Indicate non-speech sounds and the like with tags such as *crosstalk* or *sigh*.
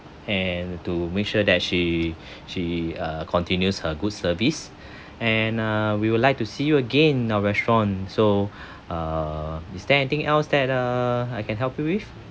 and to make sure that she she uh continues her good service *breath* and uh we would like to see you again in our restaurant so *breath* err is there anything else that err I can help you with